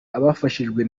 abafashijwe